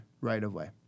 right-of-way